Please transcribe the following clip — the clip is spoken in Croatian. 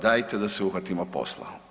Dajte da se uhvatimo posla.